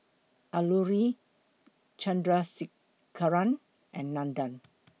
Alluri Chandrasekaran and Nandan